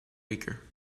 weaker